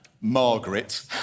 Margaret